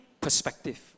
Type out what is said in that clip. perspective